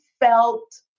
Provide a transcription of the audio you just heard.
felt